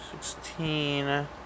Sixteen